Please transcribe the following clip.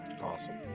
Awesome